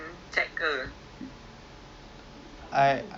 dia boleh tengok tengok aeroplane juga dekat jewel